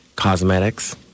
cosmetics